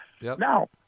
Now